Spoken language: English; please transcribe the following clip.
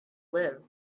live